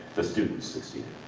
the students succeeded.